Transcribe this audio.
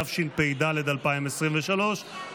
התשפ"ד 2023,